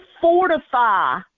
fortify